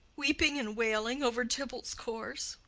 weeping and wailing over tybalt's corse.